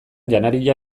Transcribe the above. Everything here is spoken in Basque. janaria